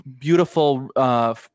Beautiful